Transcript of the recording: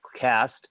cast